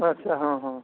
ᱟᱪᱪᱷᱟ ᱦᱮᱸ ᱦᱮᱸ